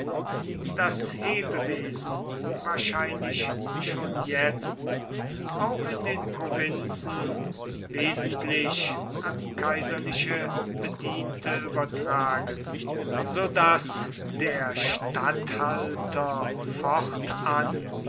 das hebewesen wahrscheinlich schon jetzt auch in den provinzen wesentlich an kaiserliche bediente übertragen so daß der statthalter fortan